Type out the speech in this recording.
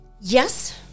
Yes